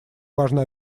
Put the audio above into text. важно